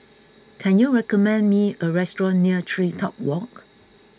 can you recommend me a restaurant near TreeTop Walk